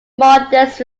modest